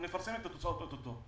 נפרסם את התוצאות אוטוטו.